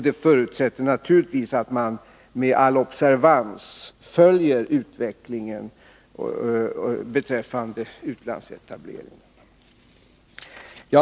Det förutsätter naturligtvis att man med all observans följer utvecklingen beträffande utlandsetablering.